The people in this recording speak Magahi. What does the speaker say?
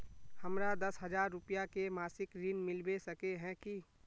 हमरा दस हजार रुपया के मासिक ऋण मिलबे सके है की?